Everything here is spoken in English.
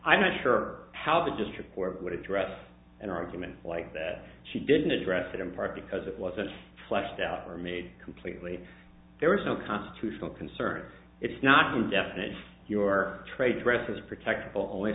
i'm not sure how the district court would address an argument like that she didn't address that in part because it wasn't fleshed out or made completely there is no constitutional concern it's not indefinite your trade addresses